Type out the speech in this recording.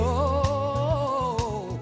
oh